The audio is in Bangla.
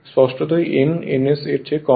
স্পষ্টতই n ns এরথেকে কম